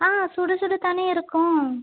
ஆ சுட சுடத்தானே இருக்கும்